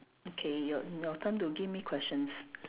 okay your your turn to give me questions